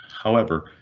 however,